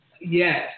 Yes